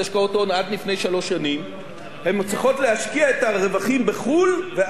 הן צריכות להשקיע את הרווחים בחו"ל ואז אפשר לגבות מהן מס מלא,